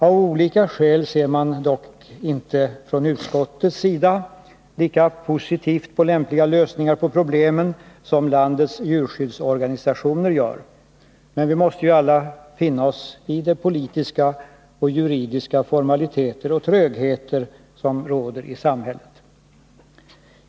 Av olika skäl ser man dock inte från utskottets sida lika positivt På 12 november 1981 lämpliga lösningar på problemen som landets djurskyddsorganisationer gör. Men vi måste ju alla finna oss i de politiska och juridiska formaliteter och Djurskydd trögheter som råder i samhället.